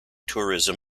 tourism